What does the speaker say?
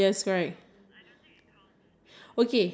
oh does it work on you do you have you try it